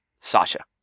Sasha